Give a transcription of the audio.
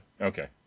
Okay